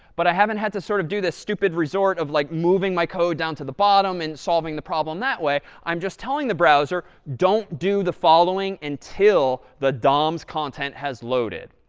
but i haven't had to sort of do this stupid resort of like moving my code down to the bottom and solving the problem that way. i'm just telling the browser, don't do the following until the doms content has loaded.